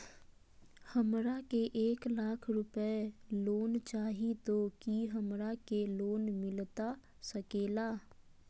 हमरा के एक लाख रुपए लोन चाही तो की हमरा के लोन मिलता सकेला?